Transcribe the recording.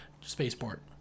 Spaceport